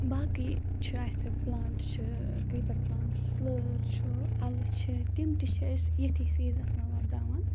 باقٕے چھُ اَسہِ پٕلانٛٹ چھِ کِرٛیٖپَر پٕلانٛٹ چھُ لٲر چھُ اَلہٕ چھِ تِم تہِ چھِ أسۍ ییٚتھی سیٖزنَس منٛز وۄبداوان